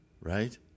right